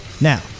Now